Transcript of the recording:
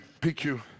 PQ